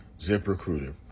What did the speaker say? ZipRecruiter